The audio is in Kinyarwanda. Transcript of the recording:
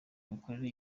mikorere